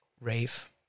rave